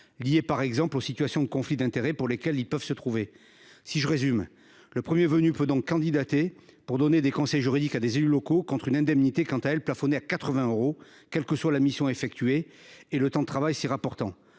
liés, par exemple, aux situations de conflits d'intérêts dans lesquelles ils peuvent se trouver. Si je résume, le premier venu peut donc candidater pour donner des conseils juridiques à des élus locaux contre une indemnité quant à elle plafonnée à 80 euros, quels que soient la mission effectuée et le temps de travail s'y rapportant.